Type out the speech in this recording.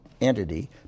entity